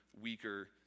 weaker